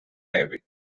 navy